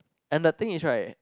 and the thing is right